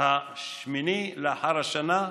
השמיני לאחר השנה,